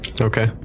Okay